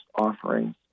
offerings